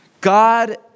God